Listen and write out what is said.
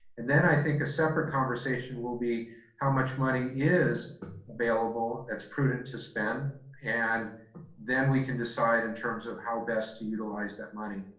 and then i think a separate conversation will be how much money is available, that's prudent to spend and then we can decide in terms of how best to utilize that money.